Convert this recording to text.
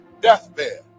deathbed